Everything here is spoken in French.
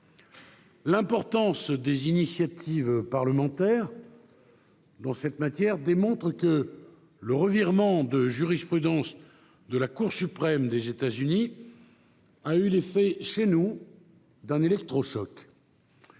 L'importance des initiatives parlementaires dans cette matière démontre que le revirement de jurisprudence de la Cour suprême des États-Unis a eu l'effet, chez nous, d'un électrochoc.